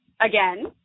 Again